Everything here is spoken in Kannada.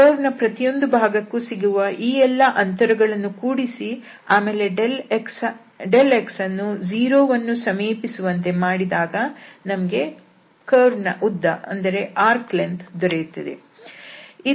ಕರ್ವ್ ನ ಪ್ರತಿಯೊಂದು ಭಾಗಕ್ಕೂ ಸಿಗುವ ಈ ಎಲ್ಲಾ ಅಂತರಗಳನ್ನು ಕೂಡಿಸಿ ಆಮೇಲೆ x ಅನ್ನು 0 ವನ್ನು ಸಮೀಪಿಸುವಂತೆ ಮಾಡಿದಾಗ ನಮಗೆ ಕರ್ವ್ನ ಉದ್ದ ದೊರೆಯುತ್ತದೆ